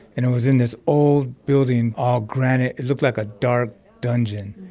and it was in this old building, all granite. it looked like a dark dungeon.